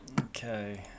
Okay